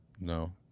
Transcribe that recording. No